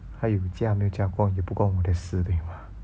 她有驾没驾过也不关我们的事对吗